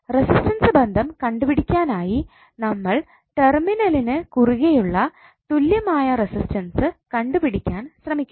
resistance ബന്ധം കണ്ടുപിടിക്കാനായി നമ്മൾ ടെർമിനലിന് കുറുകെയുള്ള തുല്യമായ റസിസ്റ്റൻസ് കണ്ടുപിടിക്കാൻ ശ്രമിക്കുന്നു